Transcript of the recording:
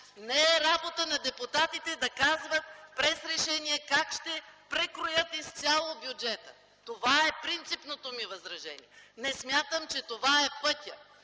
Не е работа на депутатите да казват чрез решение как ще прекроят изцяло бюджета. Това е принципното ми възражение. Не смятам, че това е пътят.